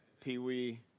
Pee-wee